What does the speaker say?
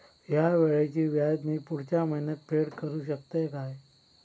हया वेळीचे व्याज मी पुढच्या महिन्यात फेड करू शकतय काय?